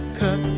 cut